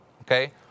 okay